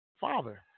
father